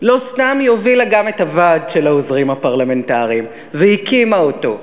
לא סתם היא הובילה גם את הוועד של העוזרים הפרלמנטריים והקימה אותו,